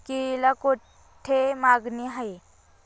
केळीला कोठे मागणी आहे?